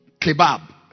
kebab